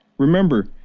remember,